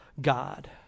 God